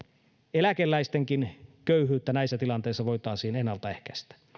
eläkeläistenkin köyhyyttä näissä tilanteissa voisimme ennaltaehkäistä